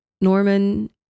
Norman